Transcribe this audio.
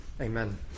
amen